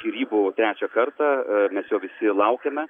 skyrybų trečią kartą mes jo visi laukiame